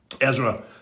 Ezra